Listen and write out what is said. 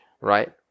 right